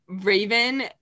Raven